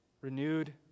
renewed